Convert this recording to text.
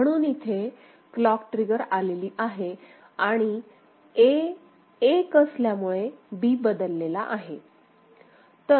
म्हणून इथे clock trigger आलेली आहे आणि A एक असल्यामुळे B बदललेला आहे